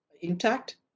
intact